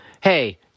hey